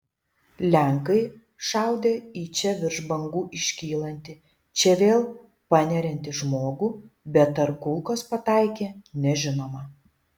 lenkai šaudę į čia virš bangų iškylantį čia vėl paneriantį žmogų bet ar kulkos pataikė nežinoma